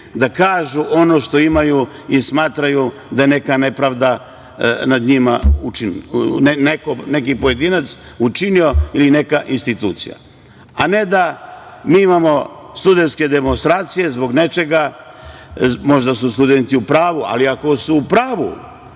da kažu ono što imaju i smatraju da je neka nepravda nad njima učinjena, neki pojedinac učinio ili neka institucija, a ne da mi imamo studentske demonstracije zbog nečega. Možda su studenti u pravu, ali ako su u pravu,